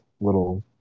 little